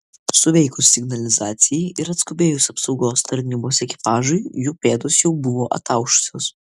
suveikus signalizacijai ir atskubėjus apsaugos tarnybos ekipažui jų pėdos jau buvo ataušusios